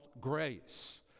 grace